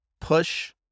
push